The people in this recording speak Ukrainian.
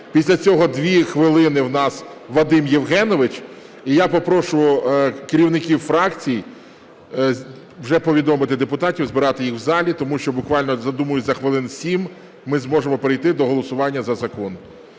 після цього дві хвилини у нас Вадим Євгенович і я попрошу керівників фракцій вже повідомити депутатів збирати їх в залі, тому що буквально, думаю, за хвилин сім ми зможемо перейти до голосування за закон.